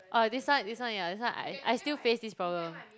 orh this one this one yah this one I I still face this problem